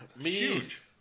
Huge